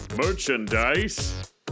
Merchandise